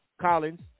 Collins